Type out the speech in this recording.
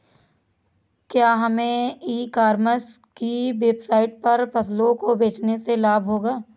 क्या हमें e commerce की वेबसाइट पर फसलों को बेचने से लाभ होगा?